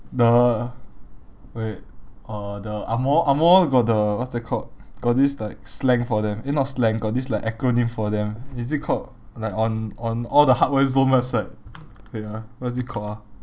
the wait uh the angmoh angmoh got the what's that called got this like slang for them eh not slang got this like acronym for them is it called like on on all the hardware zone website wait ah what is it called ah